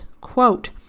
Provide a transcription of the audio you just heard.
quote